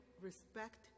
respect